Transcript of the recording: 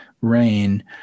rain